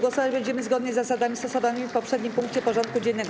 Głosować będziemy zgodnie z zasadami stosowanymi w poprzednim punkcie porządku dziennego.